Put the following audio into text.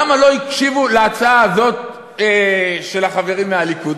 למה לא הקשיבו להצעה הזאת של החברים מהליכוד,